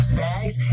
bags